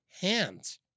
hands